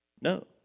No